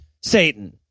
Satan